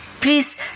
Please